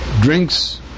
drinks